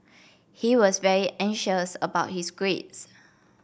he was very anxious about his grades